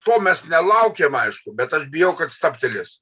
to mes nelaukiam aišku bet aš bijau kad stabtelės